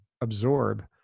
absorb